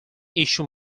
issue